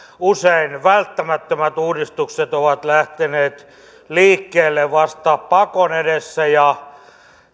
usein välttämättömät uudistukset ovat lähteneet liikkeelle vasta pakon edessä ja